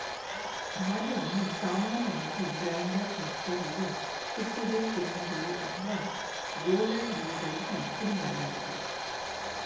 ಧಾನ್ಯವನ್ನು ಸಾಮಾನ್ಯವಾಗಿ ಗ್ರೈಂಡರ್ ಮಿಕ್ಸರಲ್ಲಿ ಸುತ್ತಿಗೆ ಗಿರಣಿಗಳು ಅಥವಾ ರೋಲರ್ ಮಿಲ್ಗಳಿಂದ ಪುಡಿಮಾಡಲಾಗ್ತದೆ